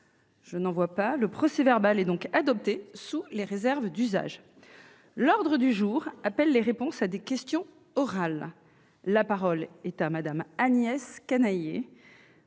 d'observation ?... Le procès-verbal est adopté sous les réserves d'usage. L'ordre du jour appelle les réponses à des questions orales. La parole est à Mme Agnès Canayer,